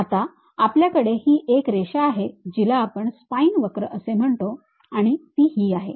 आता आपल्याकडे ही एक रेषा आहे जिला आपण स्पाईन वक्र असे म्हणतो आणि ती ही आहे